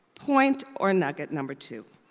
point or nugget number two,